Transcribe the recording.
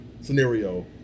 scenario